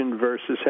versus